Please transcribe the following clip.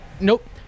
Nope